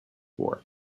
forth